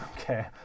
Okay